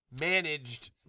Managed